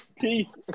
Peace